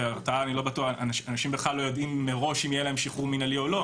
כי אנשים בכלל לא יודעים מראש אם יהיה להם שחרור מינהלי או לא.